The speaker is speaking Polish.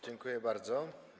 Dziękuję bardzo.